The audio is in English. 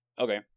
Okay